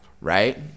Right